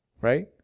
right